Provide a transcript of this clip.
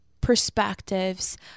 perspectives